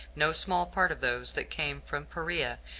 no small part of those that came from perea,